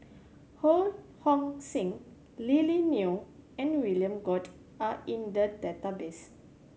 Ho Hong Sing Lily Neo and William Goode are in the database